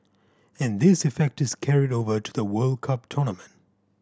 and this effect is carried over to the World Cup tournament